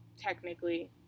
technically